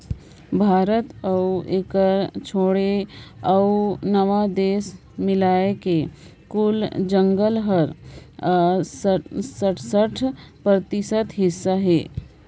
भारत अउ एकर छोंएड़ अउ नव देस मिलाए के कुल जंगल कर सरसठ परतिसत हिस्सा अहे